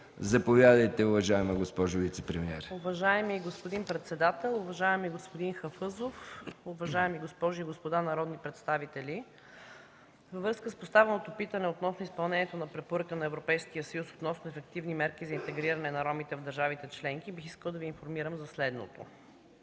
МИНИСТЪР-ПРЕДСЕДАТЕЛ ЗИНАИДА ЗЛАТАНОВА: Уважаеми господин председател, уважаеми господин Хафъзов, уважаеми госпожи и господа народни представители! Във връзка с поставеното питане относно изпълнението на Препоръка на Европейския съюз относно ефективни мерки за интегриране на ромите в държавите членки бих искала да информирам за следното.